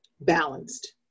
balanced